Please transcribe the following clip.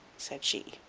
said she.